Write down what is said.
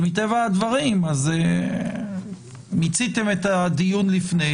מטבע הדברים שמיציתם את הדיון לפני,